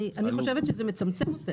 אני חושבת שזה מצמצם.